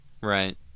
Right